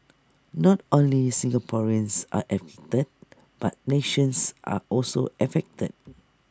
not only Singaporeans are affected but Malaysians are also affected